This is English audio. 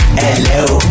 hello